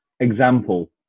example